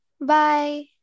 Bye